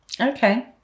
Okay